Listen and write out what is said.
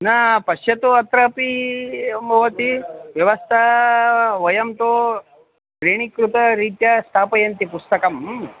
न पश्यतु अत्रापि एवं भवति व्यवस्था वयं तु त्रीणीकृतरीत्या स्थापयन्ति पुस्तकम्